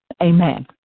Amen